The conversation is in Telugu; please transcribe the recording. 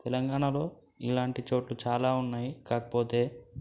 తెలంగాణలో ఇలాంటి చోట్లు చాలా ఉన్నాయి కాకపోతే